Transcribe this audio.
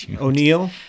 o'neill